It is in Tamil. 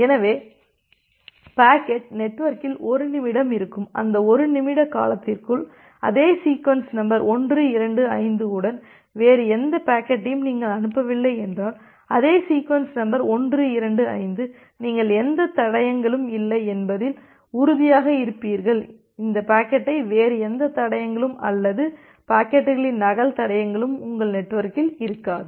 எனவே பாக்கெட் நெட்வொர்க்கில் 1 நிமிடம் இருக்கும் அந்த 1 நிமிட காலத்திற்குள் அதே சீக்வென்ஸ் நம்பர் 125 உடன் வேறு எந்த பாக்கெட்டையும் நீங்கள் அனுப்பவில்லை என்றால் அதே சீக்வென்ஸ் நம்பர் 125 நீங்கள் எந்த தடயங்களும் இல்லை என்பதில் உறுதியாக இருப்பீர்கள் இந்த பாக்கெட் வேறு எந்த தடயங்களும் அல்லது பாக்கெட்டுகளின் நகல் தடயங்களும் உங்கள் நெட்வொர்க்கில் இருக்காது